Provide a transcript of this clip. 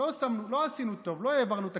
לא עשינו טוב, לא העברנו תקציב.